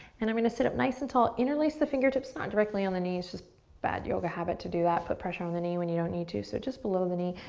and i'm gonna sit up nice and tall. interlace the fingertips, not directly on the knees, just bad yoga habit to do that, put pressure on the knee when you don't need to. so just below the knee.